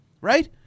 right